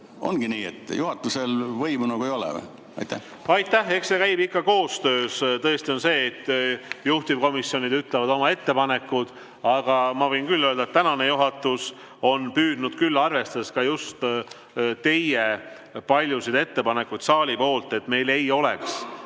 Ongi nii, et juhatusel võimu nagu ei ole või? Aitäh! Eks see käib ikka koostöös. Tõesti on nii, et juhtivkomisjonid teevad oma ettepanekud, aga ma võin küll öelda, et tänane juhatus on püüdnud, arvestades ka paljusid ettepanekuid saalist, teha nii, et meil ei oleks